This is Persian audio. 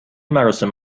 مراسم